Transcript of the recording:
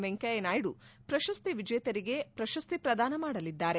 ವೆಂಕಯ್ಯನಾಯ್ಡು ಪ್ರಶಸ್ತಿ ವಿಜೇತರಿಗೆ ಪ್ರಶಸ್ತಿ ಪ್ರದಾನ ಮಾಡಲಿದ್ದಾರೆ